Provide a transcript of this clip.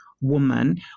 woman